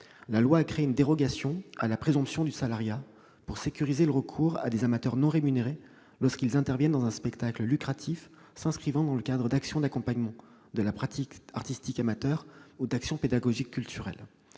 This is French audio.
d'abord créé une dérogation à la présomption de salariat afin de sécuriser le recours à des amateurs non rémunérés lorsqu'ils interviennent dans unspectacle lucratif s'inscrivant dans le cadre d'actions d'accompagnement de la pratique artistique amateur ou d'actions pédagogiques culturelles.